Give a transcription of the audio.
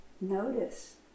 notice